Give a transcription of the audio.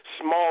small